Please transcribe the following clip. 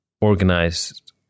organized